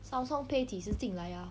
samsung pay 几时进来啊